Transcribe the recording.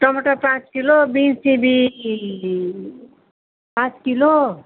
टमाटर पाँच kilo beans सिमी पाँच किलो